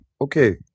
okay